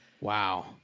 Wow